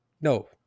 No